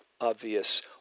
obvious